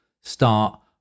start